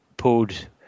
pulled